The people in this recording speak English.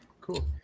Cool